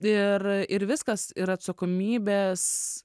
ir ir viskas ir atsakomybės